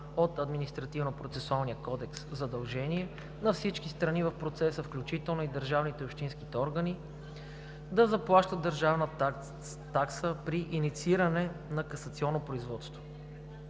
от Административнопроцесуалния кодекс задължение за всички страни в процеса, включително за държавните и общинските органи, да заплащат държавна такса при иницииране на касационното производство.